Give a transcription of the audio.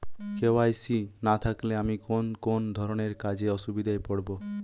KYC না থাকলে আমি কোন কোন ধরনের কাজে অসুবিধায় পড়ব?